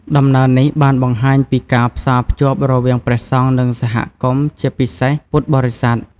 ដំណើរនេះ បានបង្ហាញពីការផ្សារភ្ជាប់រវាងព្រះសង្ឃ និងសហគមន៍ ជាពិសេសពុទ្ធបរិស័ទ។